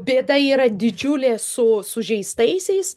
bėda yra didžiulė su sužeistaisiais